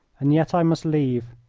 and yet i must leave,